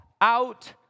out